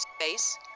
space